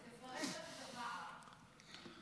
אז תפרש לנו את הפער בחינוך.